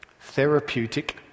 therapeutic